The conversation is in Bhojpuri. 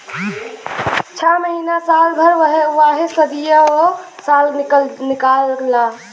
छ महीना साल भर वाहे सदीयो साल निकाल ला